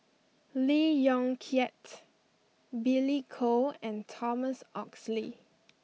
Lee Yong Kiat Billy Koh and Thomas Oxley